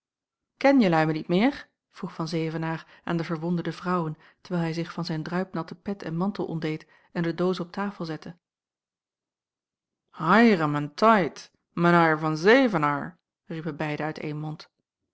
ken jelui me niet meer vroeg van zevenaer aan de verwonderde vrouwen terwijl hij zich van zijn druipnatte pet en mantel ontdeed en de doos op tafel zette haiere men taid men haier van zaivenair riepen beiden uit één mond